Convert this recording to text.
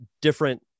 different